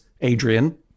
Adrian